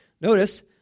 Notice